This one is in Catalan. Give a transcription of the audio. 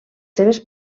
seves